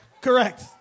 Correct